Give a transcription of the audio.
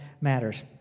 matters